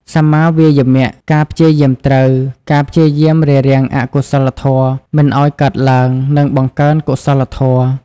សម្មាវាយាមៈ ការព្យាយាមត្រូវ ការព្យាយាមរារាំងអកុសលធម៌មិនឲ្យកើតឡើង និងបង្កើនកុសលធម៌។